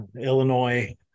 Illinois